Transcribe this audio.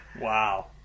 Wow